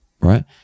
right